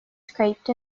scraped